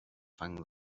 fang